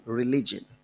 religion